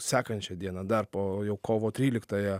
sekančią dieną dar po kovo tryliktąją